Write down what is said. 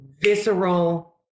visceral